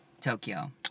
Tokyo